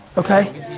okay,